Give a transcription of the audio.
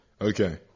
Okay